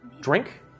Drink